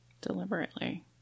deliberately